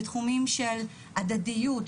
בתחומים של הדדיות,